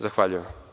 Zahvaljujem.